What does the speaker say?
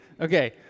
Okay